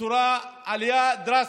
עלייה דרסטית.